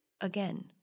again